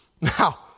Now